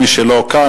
מי שלא כאן,